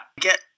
Get